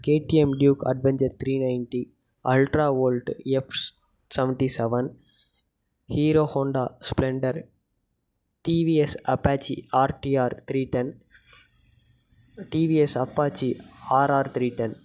KTM Duke adventure three ninety Ultraviolette F seventy seven Hero Honda Splendor TVS Apache RTR three ten TVS Apache RR three ten